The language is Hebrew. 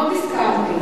מאוד הסכמתי.